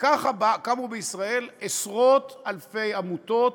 וככה קמו בישראל עשרות-אלפי עמותות,